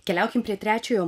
keliaukim prie trečiojo